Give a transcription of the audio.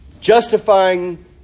justifying